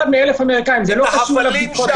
חבר הכנסת אבידר, אחד מ-1,000 בריטים מת